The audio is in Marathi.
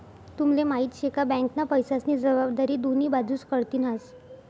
तुम्हले माहिती शे का? बँकना पैसास्नी जबाबदारी दोन्ही बाजूस कडथीन हास